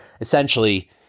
essentially